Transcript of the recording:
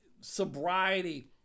sobriety